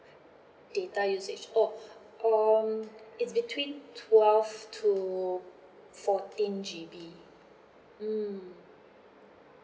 data usage oh um it's between twelve to fourteen G_B mm